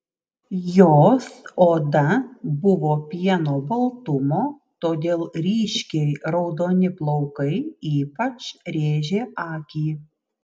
jos oda buvo pieno baltumo todėl ryškiai raudoni plaukai ypač rėžė akį